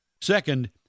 Second